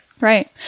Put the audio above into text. Right